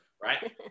Right